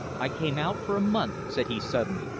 i came out for a month, said he suddenly,